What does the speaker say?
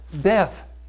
death